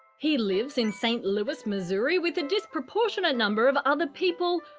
he lives in st. louis, missouri, with a disproportionate number of other people,